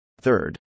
Third